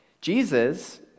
Jesus